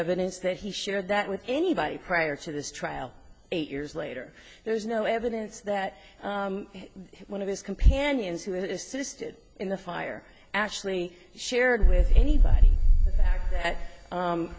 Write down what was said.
evidence that he shared that with anybody prior to this trial eight years later there is no evidence that one of his companions who is sisted in the fire actually shared with anybody that